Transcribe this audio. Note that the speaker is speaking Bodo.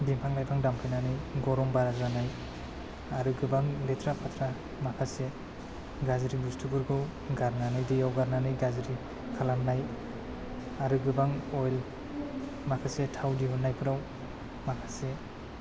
बिफां लायफां दानफायनानै गरम बारा जानाय आरो गोबां लेथ्रा फेथ्रा माखासे गाज्रि बुस्थुफोरखौ गारनानै दैयाव गारनानै गाज्रि खालामनाय आरो गोबां अवेल माखासे थाव दिहुननायफ्राव माखासे